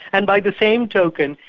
and by the same token,